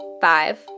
Five